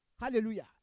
hallelujah